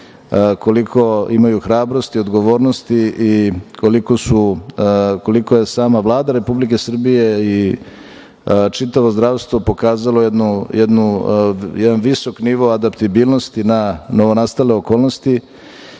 koliko imaju hrabrosti i odgovornosti i koliko je sama Vlada Republike Srbije i čitavo zdravstvo pokazalo jedan visok nivo adaptibilnosti na novonastale okolnosti